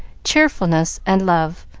cheerfulness, and love,